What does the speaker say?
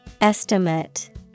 Estimate